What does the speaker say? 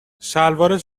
شلوارت